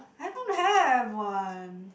I don't have one